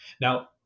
Now